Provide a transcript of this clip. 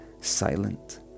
silent